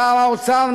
שר האוצר,